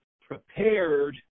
prepared